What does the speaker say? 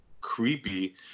creepy